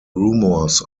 rumors